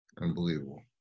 Unbelievable